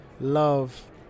love